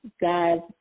Guys